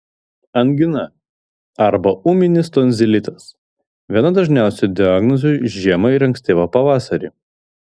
angina arba ūminis tonzilitas viena dažniausių diagnozių žiemą ir ankstyvą pavasarį